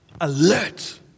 alert